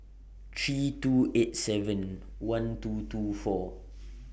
three two eight seven one two two four